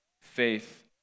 faith